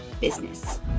business